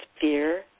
fear